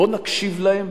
בוא נקשיב להם,